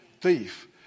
thief